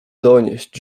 donieść